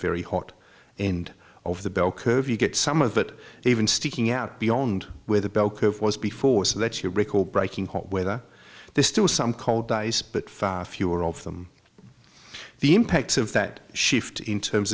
very hot and of the bell curve you get some of that even sticking out beyond where the bell curve was before so that your record breaking hot weather there's still some cold ice but far fewer of them the impacts of that shift in terms